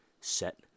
Set